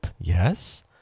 yes